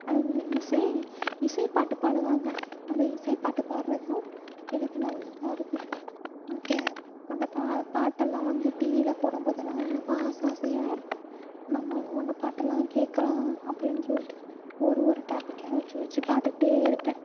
அது மாரி இசை இசை பாட்டு பாடுவாங்க அந்த இசை பாட்டு பாடுறதும் எனக்கு நல்லா இருக்கும் ஓகே அந்த பா பாட்டெல்லாம் வந்து டிவியில் போடும்போதெல்லாம் எனக்கும் ஆசை ஆசையாக இருக்கும் நம்மளும் அந்த பாட்டெல்லாம் கேட்கலாம் அப்படின்னு சொல்லிட்டு ஒரு ஒரு டாப்பிக்காக வச்சி வச்சி பார்த்துக்கிட்டே இருப்பேன்